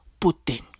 Putin